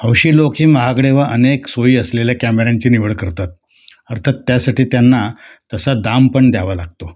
हौशी लोक ही महागडे वा अनेक सोयी असलेल्या कॅमेऱ्यांची निवड करतात अर्थात त्यासाठी त्यांना तसा दाम पण द्यावा लागतो